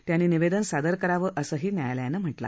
त्यांनी निवेदन सादर करावं असंही न्यायालयानं सांगितलं